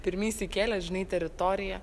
pirmi įsikėlę žinai teritorija